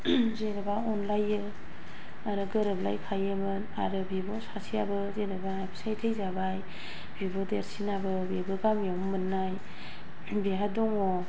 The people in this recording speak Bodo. जेनेबा अनलायो आरो गोरोबलायखायोमोन आरो बिब' सासेआबो जेनेबा फिसाय थैजाबाय बिब' देरसिनाबो बेबो गामियावनो मोननाय बेहा दङ